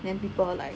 then people like